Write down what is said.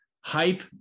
hype